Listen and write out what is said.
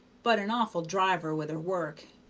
but an awful driver with her work,